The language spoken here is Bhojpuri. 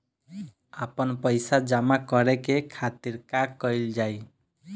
आपन पइसा जमा करे के खातिर का कइल जाइ?